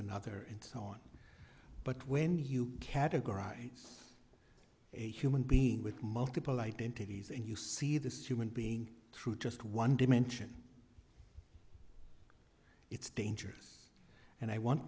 another and so on but when you categorize a human being with multiple identities and you see this human being true just one dimension it's dangerous and i want